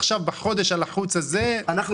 ודווקא עכשיו בחודש הלחוץ הזה -- אנחנו